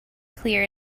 clear